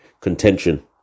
contention